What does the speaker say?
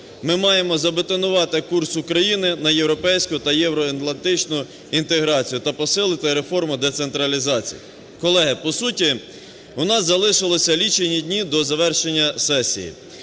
Ми маємо "забетонувати" курс України на європейську та євроатлантичну інтеграцію та посилити реформу децентралізації. Колеги, по суті у нас залишилися лічені дні до завершення сесії.